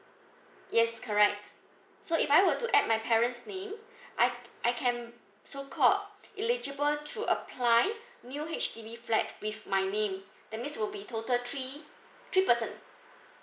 yes correct so if I were to add my parents' name I I can so called eligible to apply new H_D_B flat with my name that means will be total three three person